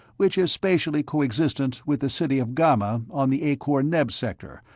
which is spatially co-existent with the city of ghamma on the akor-neb sector,